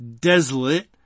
desolate